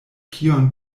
kion